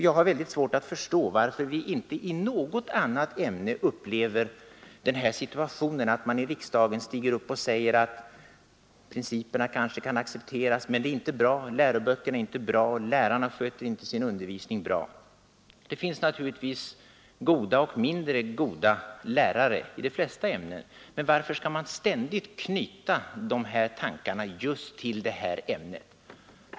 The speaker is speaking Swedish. Jag har väldigt svårt att förstå varför vi inte i något annat ämne upplever att man i riksdagen säger att principerna kanske kan accepteras, men utformningen av ämnet är inte bra, läroböckerna är inte bra, lärarna sköter inte sin undervisning bra. Det finns naturligtvis goda och mindre goda lärare i alla ämnen, men varför skall man ständigt knyta dessa tankar just till ämnet religionskunskap?